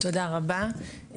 תודה רבה.